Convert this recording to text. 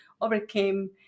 overcame